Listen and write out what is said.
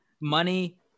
money